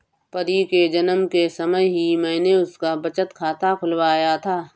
परी के जन्म के समय ही मैने उसका बचत खाता खुलवाया था